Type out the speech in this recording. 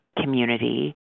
community